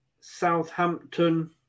Southampton